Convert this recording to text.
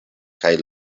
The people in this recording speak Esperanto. kaj